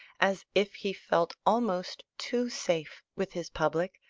as if he felt almost too safe with his public,